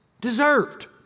deserved